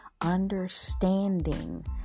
Understanding